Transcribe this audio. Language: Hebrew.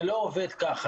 זה לא עובד ככה,